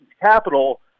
capital